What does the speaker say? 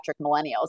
millennials